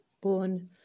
born